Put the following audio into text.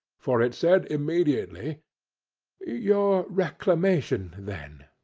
for it said immediately your reclamation, then.